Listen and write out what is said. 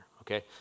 Okay